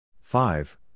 Five